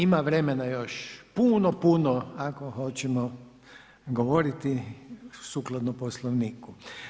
Ima vremena još puno puno, ako hoćemo govoriti sukladno poslovniku.